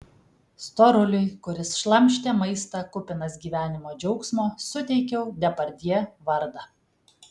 storuliui kuris šlamštė maistą kupinas gyvenimo džiaugsmo suteikiau depardjė vardą